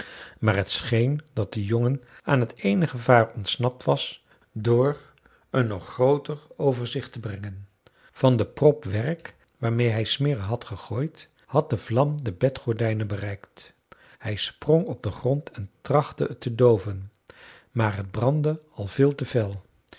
maar het scheen dat de jongen aan t eene gevaar ontsnapt was door een nog grooter over zich te brengen van den prop werk waarmeê hij smirre had gegooid had de vlam de bedgordijnen bereikt hij sprong op den grond en trachtte het te dooven maar het brandde al veel te fel